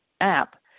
app